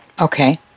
Okay